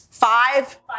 Five